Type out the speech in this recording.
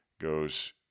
Goes